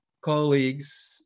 colleagues